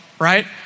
right